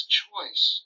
choice